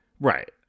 Right